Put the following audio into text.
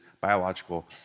biological